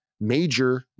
major